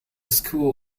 school